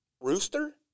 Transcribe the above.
rooster